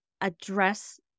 address